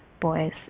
boys